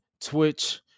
Twitch